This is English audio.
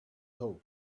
thought